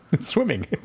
Swimming